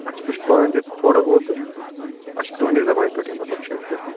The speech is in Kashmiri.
اَسہِ وٕچھ پانہٕ تہِ تہٕ تھوڑا بہت تہٕ اَسہِ چھِ تُہٕنٛدی زبانہِ پٮ۪ٹھٕے مطلب چھِ اَسہِ یہِ